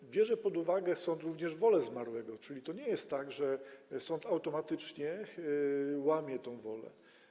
Sąd bierze pod uwagę również wolę zmarłego, czyli to nie jest tak, że sąd automatycznie łamie tę wolę.